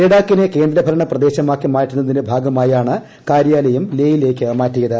ലഡാക്കിനെ കേന്ദ്രഭരണ പ്രദേശമാക്കി മാറ്റുന്നതിന്റെ ഭാഗമായാണ് കാര്യാലയം ലേയിലേയ്ക്ക് മാറ്റിയത്